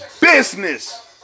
business